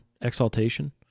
exaltation